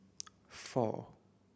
four